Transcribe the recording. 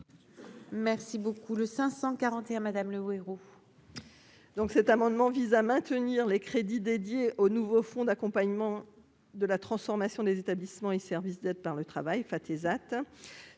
Merci beaucoup, le 541 Madame le héros.